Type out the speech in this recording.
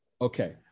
Okay